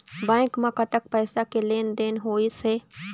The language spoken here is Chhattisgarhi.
बैंक म कतक पैसा के लेन देन होइस हे?